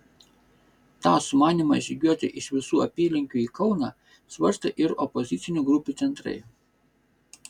tą sumanymą žygiuoti iš visų apylinkių į kauną svarstė ir opozicinių grupių centrai